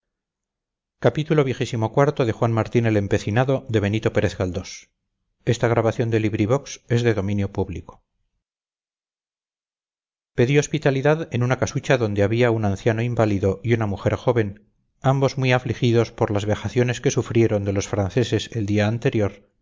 pedí hospitalidad en una casucha donde había un anciano inválido y una mujer joven ambos muy afligidos por las vejaciones que sufrieran de los franceses el día anterior